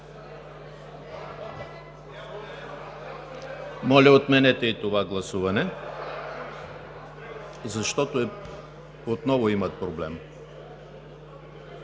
Моля, отменете и това гласуване, защото отново има проблем.